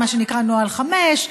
מה שנקרא נוהל 5,